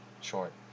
short